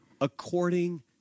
according